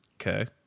Okay